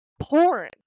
porn